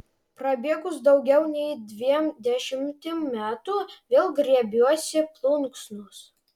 prabėgus daugiau nei dviem dešimtim metų vėl griebiuosi plunksnos